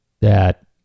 that-